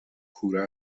کوره